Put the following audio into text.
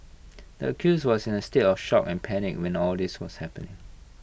the accuse was in A state of shock and panic when all this was happening